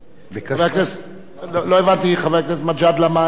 לא הבנתי, חבר הכנסת מג'אדלה, מהי הערתך.